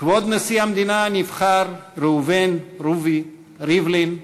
כבוד נשיא המדינה הנבחר ראובן רובי ריבלין,